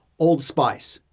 old spice.